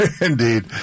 indeed